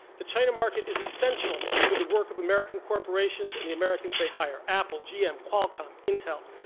the china market is essential to the work of american corporations and the americans they hire apple, g. m, qualcomm, intel,